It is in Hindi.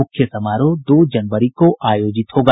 मुख्य समारोह दो जनवरी को आयोजित होगा